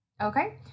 okay